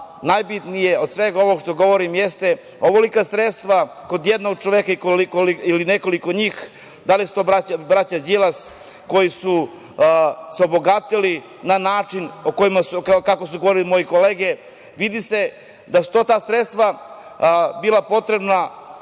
rade. Najbitnije od svega ovoga što govorim jeste ovolika sredstva kod jednog čoveka ili nekoliko njih, da li su to braća Đilas, koji su se obogatili na način kako su govorile moje kolege, vidi se da su ta sredstva bila potrebna